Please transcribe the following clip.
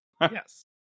Yes